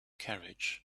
carriage